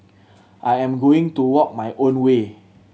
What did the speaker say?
I am going to walk my own way